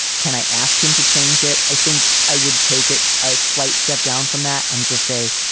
can i ask him to change it? i think i would take it a slight step down from that and just say,